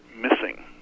missing